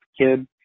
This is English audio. kid